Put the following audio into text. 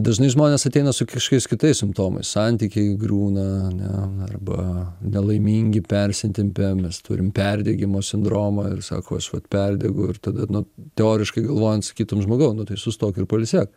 dažnai žmonės ateina su kažkokiais kitais simptomais santykiai griūna ane arba nelaimingi persitempę mes turim perdegimo sindromą ir sako aš vat perdegu ir tada nu teoriškai galvojant sakytum žmogau nu tai sustok ir pailsėk